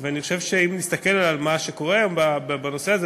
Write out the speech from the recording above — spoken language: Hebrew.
אני חושב שאם נסתכל על מה שקורה היום בנושא הזה,